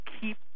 keep